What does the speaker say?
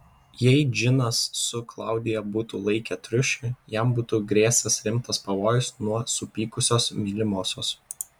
jei džinas su klaudija būtų laikę triušį jam būtų grėsęs rimtas pavojus nuo supykusios mylimosios